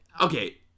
Okay